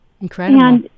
Incredible